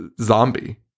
zombie